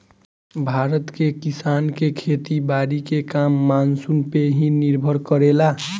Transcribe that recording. भारत के किसान के खेती बारी के काम मानसून पे ही निर्भर करेला